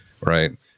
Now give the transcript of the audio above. Right